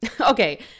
Okay